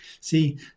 See